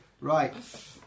Right